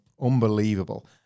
unbelievable